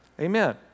Amen